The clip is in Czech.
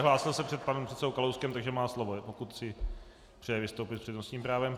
Hlásil se před panem předsedou Kalouskem, takže má slovo, pokud si přeje vystoupit s přednostním právem.